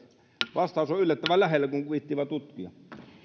vastaus on yllättävän lähellä kun viitsii vain tutkia